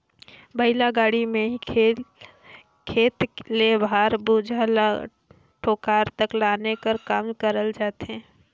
बइला गाड़ी मे ही खेत ले भार, बोझा ल कोठार तक लाने कर काम करल जाथे